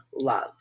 love